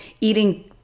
eating